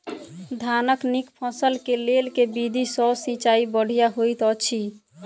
धानक नीक फसल केँ लेल केँ विधि सँ सिंचाई बढ़िया होइत अछि?